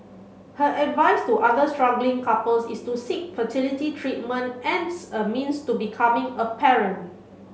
her advice to other struggling couples is to seek fertility treatment as a means to becoming a parent